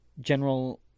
General